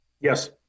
Yes